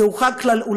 זהו חג כלל-עולמי,